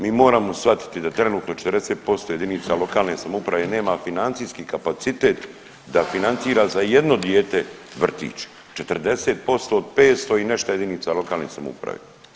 Mi moramo shvatiti da trenutno 40% jedinica lokalne samouprave nema financijski kapacitet da financira za jedno dijete vrtić, 40% od 500 i nešto jedinica lokalne samouprave.